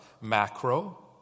Macro